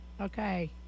Okay